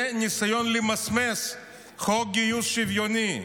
זה ניסיון למסמס חוק גיוס שוויוני,